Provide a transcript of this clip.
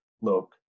look